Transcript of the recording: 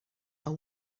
are